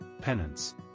penance